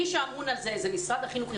מי שאמון על זה זה משרד החינוך.